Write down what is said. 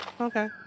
okay